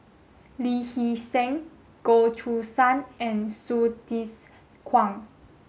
Lee Hee Seng Goh Choo San and Hsu Tse Kwang